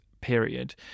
period